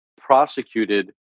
prosecuted